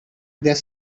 their